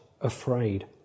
afraid